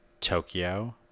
Tokyo